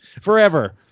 forever